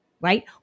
right